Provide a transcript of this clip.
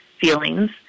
feelings